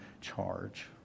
charge